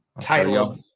title